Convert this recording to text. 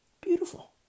Beautiful